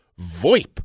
VoIP